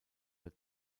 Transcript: der